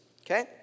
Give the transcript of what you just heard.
okay